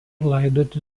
laidoti